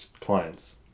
clients